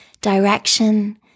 direction